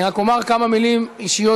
אני רק אומר כמה מילים אישיות,